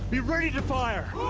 be ready to fire!